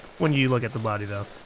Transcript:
when you look at the body though.